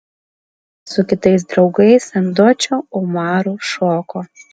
su kitais draugais ant dočio umaru šoko